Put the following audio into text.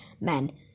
men